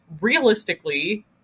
realistically –